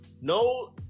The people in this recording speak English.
No